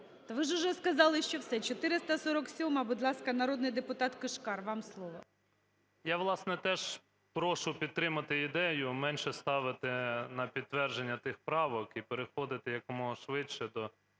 ви ж уже сказали, що все! 447-а, будь ласка, народний депутат Кишкар, вам слово. 16:49:21 КИШКАР П.М. Я, власне, теж прошу підтримати ідею менше ставити на підтвердження тих правок і переходити якомога швидше до